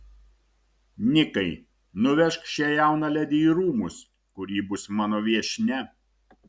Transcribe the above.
nikai nuvežk šią jauną ledi į rūmus kur ji bus mano viešnia